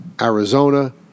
Arizona